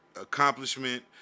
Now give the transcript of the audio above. Accomplishment